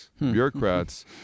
bureaucrats